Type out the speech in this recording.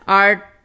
art